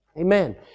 Amen